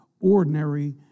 ordinary